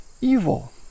evil